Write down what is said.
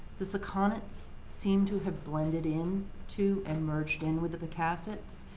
the sakonnets seem to have blended in to, and merged in with the pocassets.